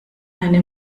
eine